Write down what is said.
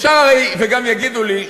וגם יגידו לי: